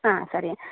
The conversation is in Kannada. ಹಾಂ ಸರಿ